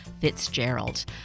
Fitzgerald